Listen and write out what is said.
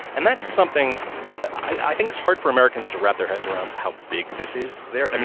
and that's something i think it's hard for americans to wrap their heads around how big this is there. i mean,